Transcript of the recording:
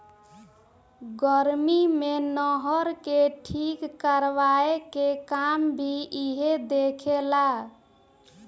गर्मी मे नहर के ठीक करवाए के काम भी इहे देखे ला